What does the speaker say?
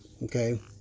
Okay